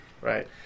right